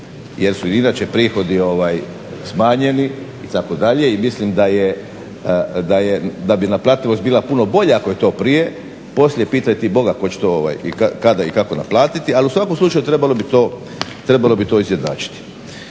jer su i inače prihodi smanjeni itd. I mislim da bi naplativost bila puno bolja ako je to prije. Poslije pitaj ti Boga tko će to, kada i kako naplatiti. Ali u svakom slučaju trebalo bi to izjednačiti.